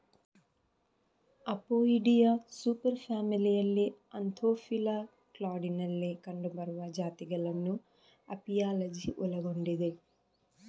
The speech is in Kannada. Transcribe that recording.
ಅಪೊಯಿಡಿಯಾ ಸೂಪರ್ ಫ್ಯಾಮಿಲಿಯಲ್ಲಿ ಆಂಥೋಫಿಲಾ ಕ್ಲಾಡಿನಲ್ಲಿ ಕಂಡುಬರುವ ಜಾತಿಗಳನ್ನು ಅಪಿಯಾಲಜಿ ಒಳಗೊಂಡಿದೆ